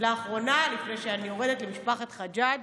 מילה אחרונה לפני שאני יורדת, למשפחת חג'אג'.